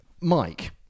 Mike